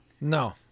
No